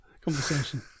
conversation